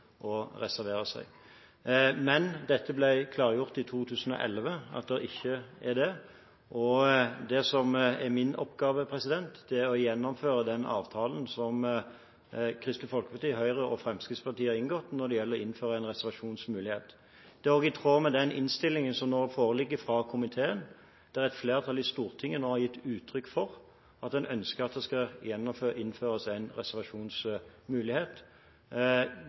reservere seg. Men i 2011 ble det klargjort at det ikke er det. Min oppgave er å gjennomføre den avtalen som Kristelig Folkeparti, Høyre og Fremskrittspartiet har inngått når det gjelder å innføre en reservasjonsmulighet. Det er også i tråd med den innstillingen som nå foreligger fra komiteen, der et flertall i Stortinget nå har gitt uttrykk for at en ønsker at det skal innføres en reservasjonsmulighet.